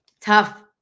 tough